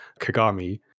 Kagami